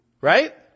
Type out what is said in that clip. right